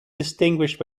distinguished